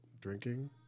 drinking